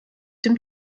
dem